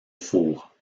fours